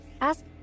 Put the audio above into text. Ask